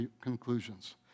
conclusions